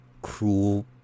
Cruel